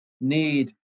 need